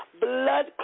blood